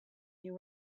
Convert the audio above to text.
you